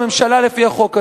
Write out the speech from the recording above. לפי החוק הזה,